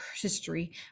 history